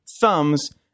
thumbs